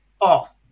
off